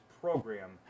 program